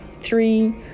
three